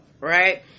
right